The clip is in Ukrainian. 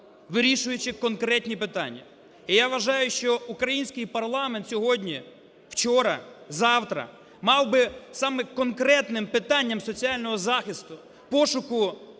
вирішуючи конкретні питання. І я вважаю, що український парламент сьогодні, вчора, завтра мав би саме конкретним питанням соціального захисту, пошуку